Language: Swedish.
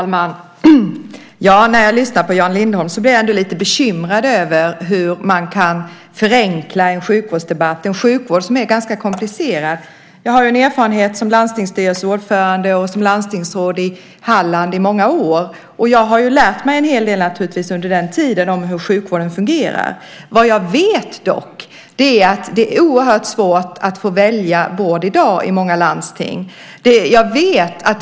Herr talman! När jag lyssnar på Jan Lindholm blir jag lite bekymrad över hur man kan förenkla en sjukvårdsdebatt. Sjukvården är ganska komplicerad. Jag har många års erfarenhet som landstingsstyrelseordförande och landstingsråd i Halland, och under den tiden har jag naturligtvis lärt mig en hel del om hur sjukvården fungerar. Vad jag vet är att det i dag i många landsting är mycket svårt att få välja vård. Det finns långa köer och väntetider på många håll.